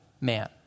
man